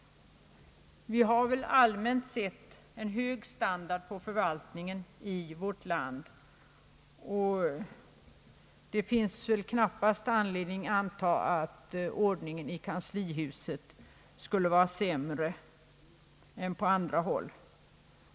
Allmänt sett har vi en hög standard på förvaltningen i vårt land. Det finns knappast anledning anta att administrationen i kanslihuset skulle vara sämre än på andra håll.